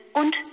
und